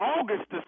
August